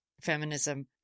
Feminism